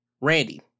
Randy